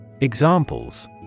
Examples